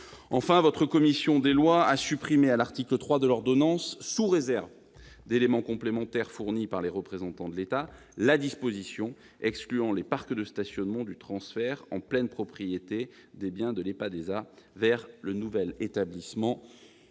Enfin, la commission a supprimé, à l'article 3 de l'ordonnance, sous réserve d'éléments complémentaires fournis par les représentants de l'État, la disposition excluant les parcs de stationnement du transfert en pleine propriété des biens de l'EPADESA vers le nouvel établissement